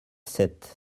sept